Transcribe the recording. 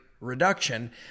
reduction